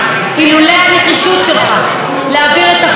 אילולא הנחישות שלך להעביר את החוק,